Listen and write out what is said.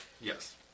Yes